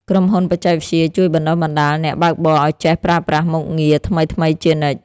ក្រុមហ៊ុនបច្ចេកវិទ្យាជួយបណ្ដុះបណ្ដាលអ្នកបើកបរឱ្យចេះប្រើប្រាស់មុខងារថ្មីៗជានិច្ច។